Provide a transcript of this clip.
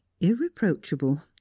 irreproachable